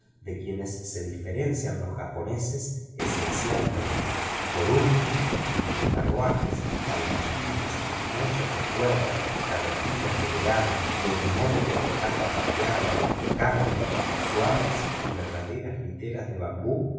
de quienes se diferenciaban los japoneses esencialmente y por último entre carruajes palanquines mozos de cuerda carretillas de velamen norimones con caja maqueada cangos suaves y verdaderas literas de bambú